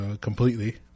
completely